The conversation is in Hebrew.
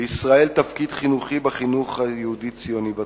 לישראל יש תפקיד חינוכי בחינוך היהודי-ציוני בתפוצות.